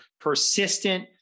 persistent